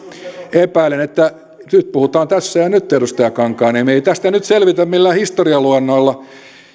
epäilen että nyt puhutaan tässä ja nyt edustaja kankaanniemi ei tästä nyt selvitä millään historialuennoilla